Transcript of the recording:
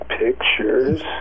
pictures